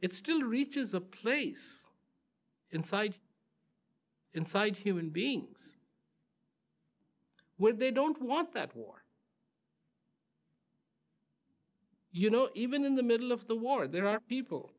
it still reaches a place inside inside human beings where they don't want that war you know even in the middle of the war there are people